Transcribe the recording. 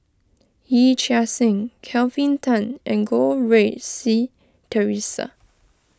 Yee Chia Hsing Kelvin Tan and Goh Rui Si theresa